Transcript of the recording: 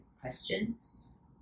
questions